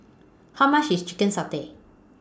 How much IS Chicken Satay